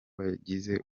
bagize